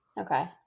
Okay